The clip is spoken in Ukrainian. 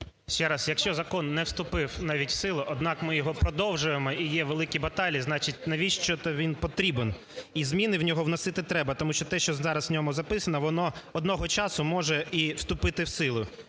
Ще раз. Якщо закон не вступив навіть в силу, однак ми його продовжуємо, і є великі баталії, значить, навіщо-то він потрібен, і зміни в нього вносити треба, тому що те, що зараз в ньому записано, воно одного часу може і вступити в силу.